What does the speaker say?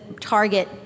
target